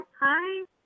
Hi